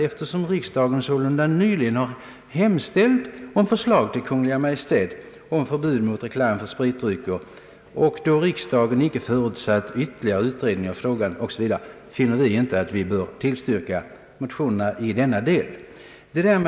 Eftersom riksdagen nyligen har begärt förslag från Kungl. Maj:t om förbud mot reklam för spritdrycker och därvid icke förutsatt ytterligare utredning av frågan, har vi inte funnit oss böra tillstyrka motionerna.